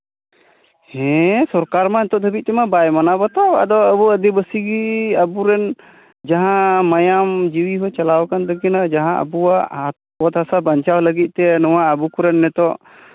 ᱦᱮᱸ ᱥᱚᱨᱠᱟᱨ ᱢᱟ ᱱᱤᱛᱚᱜ ᱫᱷᱟᱹᱵᱤᱡ ᱛᱮᱢᱟ ᱵᱟᱭ ᱢᱟᱱᱟᱣ ᱵᱟᱛᱟᱣ ᱟᱫᱚ ᱟᱵᱚ ᱟᱹᱫᱤᱵᱟᱹᱥᱤᱜᱮ ᱟᱵᱚᱨᱮᱱ ᱡᱟᱦᱟᱸ ᱢᱟᱭᱟᱢ ᱡᱤᱣᱤ ᱦᱚᱸ ᱪᱟᱞᱟᱣ ᱟᱠᱟᱱ ᱛᱟᱹᱠᱤᱱᱟ ᱡᱟᱦᱟᱸ ᱟᱵᱚᱣᱟᱜ ᱚᱛ ᱦᱟᱥᱟ ᱵᱟᱧᱪᱟᱣ ᱞᱟᱹᱜᱤᱫ ᱛᱮ ᱱᱚᱣᱟ ᱟᱵᱚ ᱠᱚᱨᱮᱱ ᱱᱤᱛᱚᱜ